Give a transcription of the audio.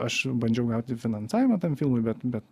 aš bandžiau gauti finansavimą tam filmui bet bet